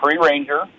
pre-Ranger